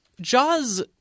Jaws